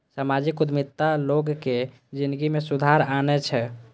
सामाजिक उद्यमिता लोगक जिनगी मे सुधार आनै छै